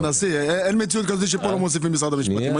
אין מציאות כזו שכאן משרד המשפטים לא